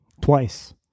Twice